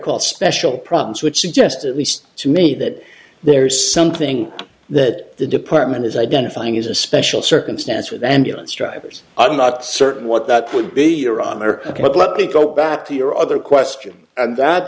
called special problems which suggest at least to me that there is something that the department is identifying as a special circumstance with ambulance drivers i'm not certain what that would bill your honor but let me go back to your other question and that